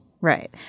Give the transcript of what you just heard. Right